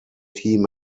team